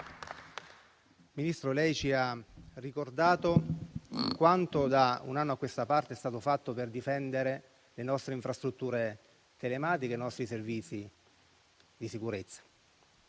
Ministro, lei ci ha ricordato quanto, da un anno a questa parte, è stato fatto per difendere le nostre infrastrutture telematiche e i nostri servizi di sicurezza.